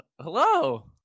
hello